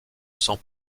sans